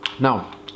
Now